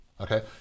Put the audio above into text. Okay